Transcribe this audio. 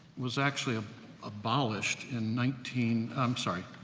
was actually ah abolished in nineteen. i'm sorry,